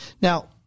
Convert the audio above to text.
now